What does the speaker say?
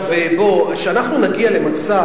כשאנחנו נגיע למצב,